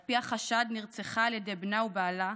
על פי החשד נרצחה על ידי בנה ובעלה,